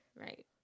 right